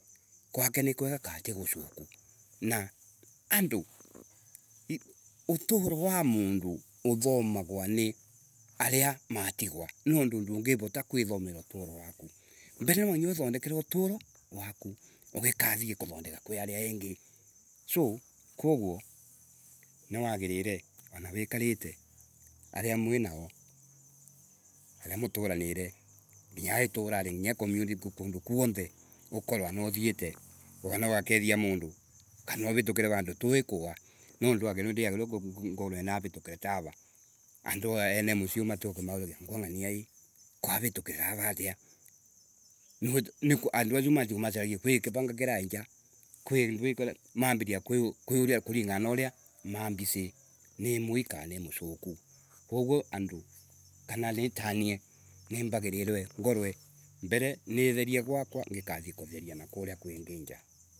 kwake ni kwega kaa ti gusoku, na andu, utoro wa mundu uthomagwa ni aria matigwa niundu ndungivota kwithomer uturo waku. Mbele nwanginua wi thondekere uturo waku, ugika thii kuthondeka kwi aria engi, so, koguo niwagirire, ana wikarite. Aria mwinao, aria muturanire, nginya iturari nginya ko kana kundu kuothe, ukorwe ana uthiite, ana ugakeithia mundu kana uvitukire kundu ti wikua, tondu ndiaqirire navitukira ta ava ene mucii uu matigue mauragie angwe ng’ania ii avitukira ta ava atya nik niko kwi kivangakirai nja kwi ki mambiririe kwiruria kuringana na uria mambisi. Ni mwii kana ni mosoku, koguo andu, kana nie tanie nimbagirirwe nitherie kwaka, ngikathiikutheria nakuria kwingi nja.